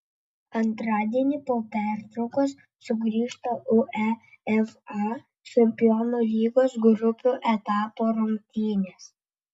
antradienį po pertraukos sugrįžta uefa čempionų lygos grupių etapo rungtynės